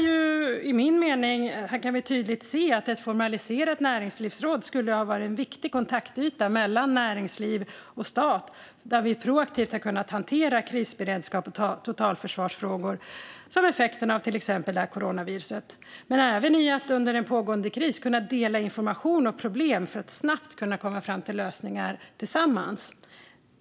Här kan vi tydligt se att ett formaliserat näringslivsråd skulle ha varit en viktig kontaktyta mellan näringsliv och stat, där vi proaktivt hade kunnat hantera frågor om krisberedskap och totalförsvar, till exempel effekterna av coronaviruset. Det handlar även om att i en pågående kris kunna dela information och problem för att snabbt kunna komma fram till lösningar tillsammans.